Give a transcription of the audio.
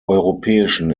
europäischen